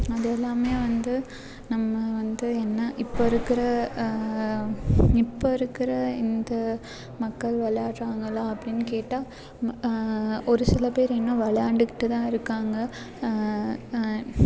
அது எல்லாமே வந்து நம்ம வந்து என்ன இப்போ இருக்கிற இப்போ இருக்கிற இந்த மக்கள் விளையாடுறாங்களா அப்படின்னு கேட்டால் ம் ஒரு சில பேர் இன்னும் விளையாண்டுக்கிட்டு தான் இருக்காங்க